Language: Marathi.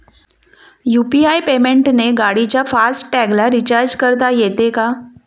यु.पी.आय पेमेंटने गाडीच्या फास्ट टॅगला रिर्चाज करता येते का?